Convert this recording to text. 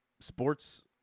sports